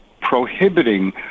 prohibiting